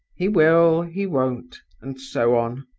he will, he won't and so on.